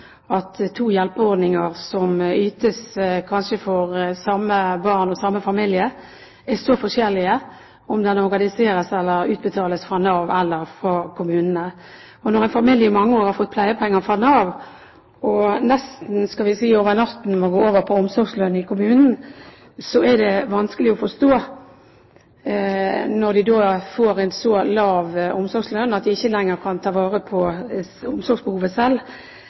at to hjelpeordninger som ytes, kanskje for samme barn og samme familie, er så forskjellige dersom det organiseres eller utbetales fra Nav eller fra kommunene. Når en familie i mange år har fått pleiepenger fra Nav og nesten over natten må gå over på omsorgslønn fra kommunen, er det vanskelig å forstå at de får en så lav omsorgslønn at de ikke lenger kan ta vare på omsorgsbehovet selv.